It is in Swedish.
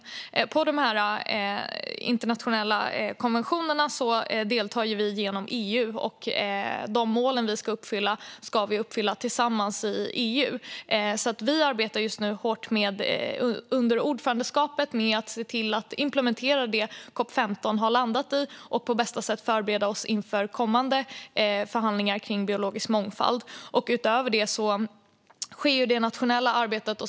När det gäller dessa internationella konventioner deltar vi genom EU, och de mål vi ska uppfylla ska vi uppfylla tillsammans i EU. Vi arbetar just nu hårt under ordförandeskapet med att se till att implementera det som COP 15 har landat i och med att på bästa sätt förbereda oss inför kommande förhandlingar kring biologisk mångfald. Utöver det sker det nationella arbetet.